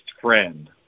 friend